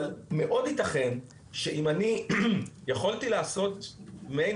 אבל מאוד ייתכן שאם אני הייתי יכול לעשות מעין